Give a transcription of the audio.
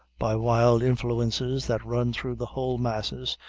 by wild influences that run through the whole masses,